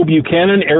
Buchanan